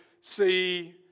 see